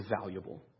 valuable